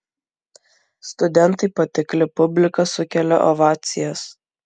studentai patikli publika sukelia ovacijas